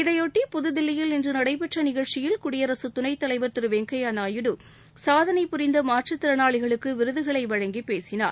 இதையொட்டி புதுதில்லியில் இன்று நடைபெற்ற நிகழ்ச்சியில் குடியரசு துணைத்தலைவர் திரு வெங்கையா நாயுடு சாதனை புரிந்த மாற்றுத்திறனாளிகளுக்கு விருதுகளை வழங்கி பேசினார்